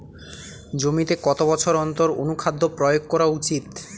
জমিতে কত বছর অন্তর অনুখাদ্য প্রয়োগ করা উচিৎ?